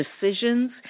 decisions